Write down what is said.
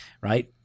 right